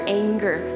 anger